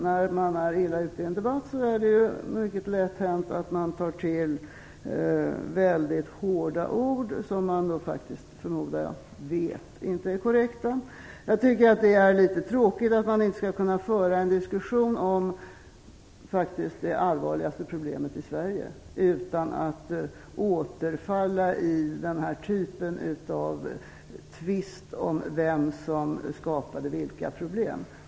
När man är illa ute i en debatt är det mycket lätt hänt att man tar till väldigt hård ord, som jag förmodar att man vet inte är korrekta. Jag tycker att det är litet tråkigt att man inte skall kunna föra en diskussion om det allvarligaste problemet i Sverige utan att återfalla i den här typen av tvist om vem som skapade vilka problem.